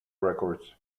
records